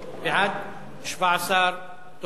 סעיפים 1 11 נתקבלו.